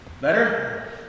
Better